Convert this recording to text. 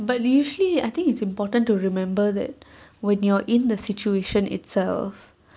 but the usually I think it's important to remember that when you're in the situation itself